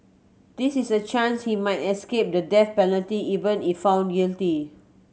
this is a chance he might escape the death penalty even if found guilty